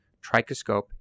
Trichoscope